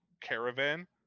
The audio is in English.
caravan